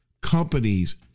companies